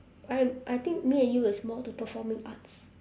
I I think me and you is more to performing arts